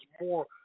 more